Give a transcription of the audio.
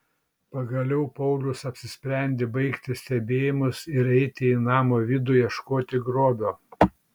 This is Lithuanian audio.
pagaliau paulius apsisprendė baigti stebėjimus ir eiti į namo vidų ieškoti grobio